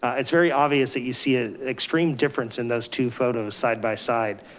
it's very obvious that you see ah extreme difference in those two photos side by side.